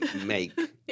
make